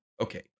Okay